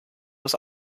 was